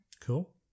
Cool